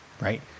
right